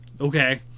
okay